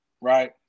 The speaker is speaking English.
right